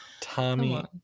Tommy